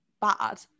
bad